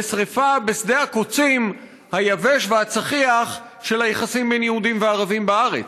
לשרפה בשדה הקוצים היבש והצחיח של היחסים בין יהודים וערבים בארץ.